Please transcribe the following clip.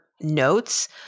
notes